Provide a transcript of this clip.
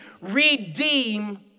redeem